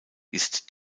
ist